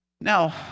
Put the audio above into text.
Now